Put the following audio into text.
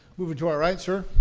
moving to our right, sir,